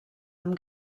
amb